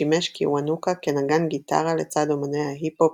שימש קיוונוקה כנגן גיטרה לצד אמני ההיפ הופ